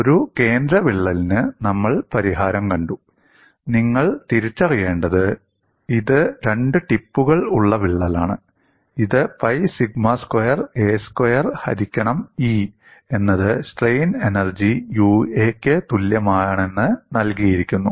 ഒരു കേന്ദ്ര വിള്ളലിന് നമ്മൾ പരിഹാരം കണ്ടു നിങ്ങൾ തിരിച്ചറിയേണ്ടത് ഇത് രണ്ട് ടിപ്പുകൾ ഉള്ള വിള്ളലാണ് ഇത് pi sigma square a square ഹരിക്കണം E എന്നത് സ്ട്രെയിൻ എനർജി Ua ക്ക് തുല്യമാണെന്ന് നൽകിയിരിക്കുന്നു